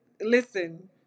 listen